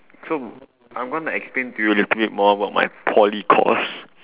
so I'm gonna explain to you a little bit more about my poly course